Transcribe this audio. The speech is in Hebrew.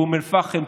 באום אל-פחם,